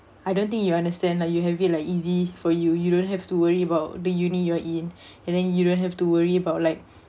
I don't think you understand lah you have it like easy for you you don't have to worry about the university you are in and then you don't have to worry about like